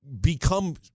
become